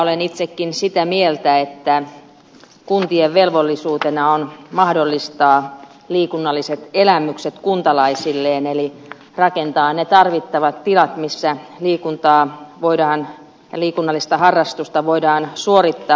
olen itsekin sitä mieltä että kuntien velvollisuutena on mahdollistaa liikunnalliset elämykset kuntalaisilleen eli rakentaa ne tarvittavat tilat missä liikuntaa ja liikunnallista harrastusta voidaan suorittaa